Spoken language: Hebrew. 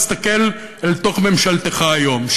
תסתכל אל תוך ממשלתך היום,